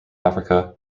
africa